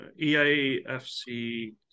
EAFC